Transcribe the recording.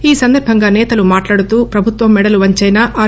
ఈ సందర్బంగా నేతలు మాట్లాడుతూ ప్రభుత్వం మెడలు వంచైనా ఆర్